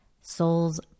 soul's